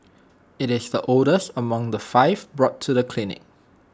IT is the oldest among the five brought to the clinic